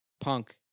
punk